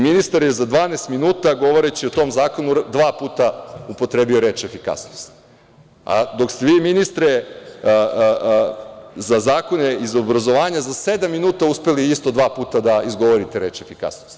Ministar je za 12 minuta, govoreći o tom zakona, dva puta upotrebio reč „efikasnost“, dok ste, ministre, za zakone iz obrazovanja za sedam minuta uspeli isto dva puta da izgovorite reč „efikasnost“